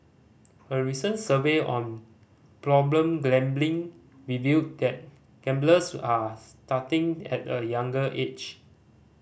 a recent survey on problem gambling revealed that gamblers are starting at a younger age